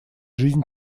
жизнь